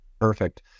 Perfect